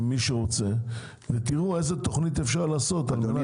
עם מי שרוצה ותראו איזה תכנית אפשר לעשות על מנת ש- -- אדוני,